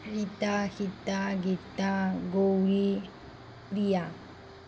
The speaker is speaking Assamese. ৰীতা সীতা গীতা গৌৰী ৰিয়া